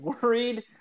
worried –